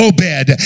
Obed